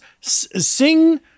Sing